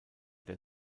der